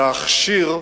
להכשיר,